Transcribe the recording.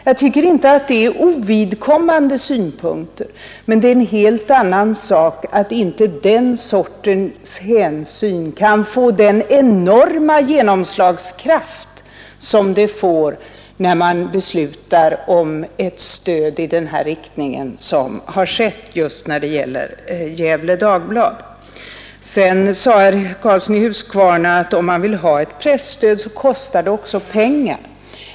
Jag tycker inte att det är en helt ovidkommande synpunkt. Sedan är det en helt annan sak att det inte är rimligt att den sortens hänsyn får den enorma genomslagskraft som den fått när man fattat beslutet om Gefle Dagblad. Herr Karlsson i Huskvarna sade att om man vill ha ett presstöd, så kostar det också pengar.